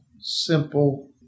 Simple